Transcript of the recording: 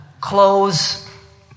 close